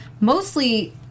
Mostly